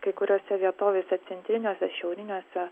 kai kuriose vietovėse centriniuose šiauriniuose